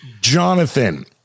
Jonathan